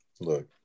look